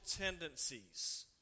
tendencies